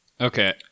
Okay